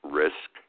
risk